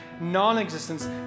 non-existence